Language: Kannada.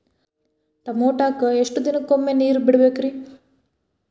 ಟಮೋಟಾಕ ಎಷ್ಟು ದಿನಕ್ಕೊಮ್ಮೆ ನೇರ ಬಿಡಬೇಕ್ರೇ?